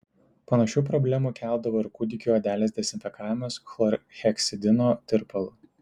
panašių problemų keldavo ir kūdikių odelės dezinfekavimas chlorheksidino tirpalu